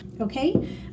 Okay